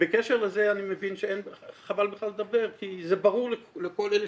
בקשר לזה אני מבין שחבל בכלל לדבר כי זה ברור לכל אלה